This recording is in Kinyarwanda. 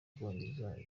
bwongereza